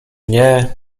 nie